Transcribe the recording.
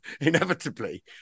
Inevitably